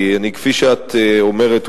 כי כפי שאת אומרת,